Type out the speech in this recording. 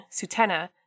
Sutena